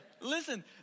Listen